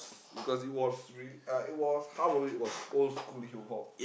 because it was really uh it was half of it was old school Hip-Hop